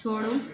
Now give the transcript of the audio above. छोड़ो